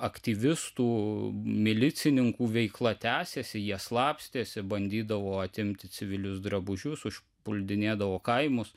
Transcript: aktyvistų milicininkų veikla tęsėsi jie slapstėsi bandydavo atimti civilius drabužius užpuldinėdavo kaimus